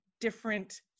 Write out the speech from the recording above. different